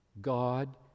God